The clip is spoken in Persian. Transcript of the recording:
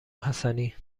حسنی